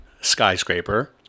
skyscraper